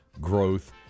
growth